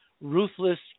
ruthless